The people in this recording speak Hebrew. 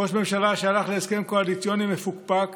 ראש ממשלה שהלך להסכם קואליציוני מפוקפק